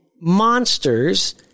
monsters